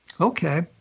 Okay